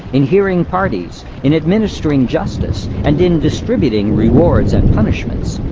in hearing parties, in administering justice, and in distributing rewards and punishments.